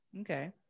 Okay